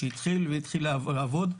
שהתחיל לעבוד.